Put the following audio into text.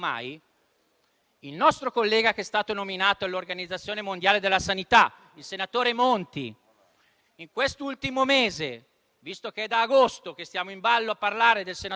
perché nessun rilancio dell'economia può essere raggiunto senza prima aver mantenuto in sicurezza la salute del popolo italiano. Questa scelta deriva dal senso di responsabilità